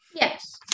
Yes